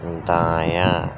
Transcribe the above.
دایاں